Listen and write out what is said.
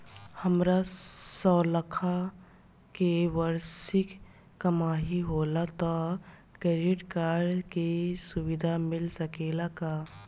हमार सवालाख के वार्षिक कमाई होला त क्रेडिट कार्ड के सुविधा मिल सकेला का?